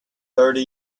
thirty